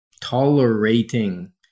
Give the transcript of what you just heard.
tolerating